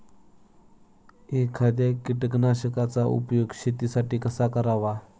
एखाद्या कीटकनाशकांचा उपयोग शेतीसाठी कसा करावा?